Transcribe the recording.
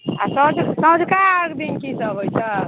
आ संझुका अर्घ्य दिन की सब होइ छै